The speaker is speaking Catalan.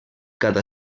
cada